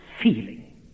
feeling